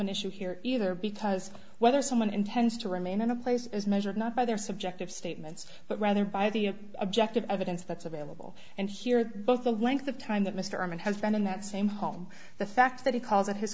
an issue here either because whether someone intends to remain in a place is measured not by their subjective statements but rather by the objective evidence that's available and here both the length of time that mr man has spent in that same home the fact that he calls at his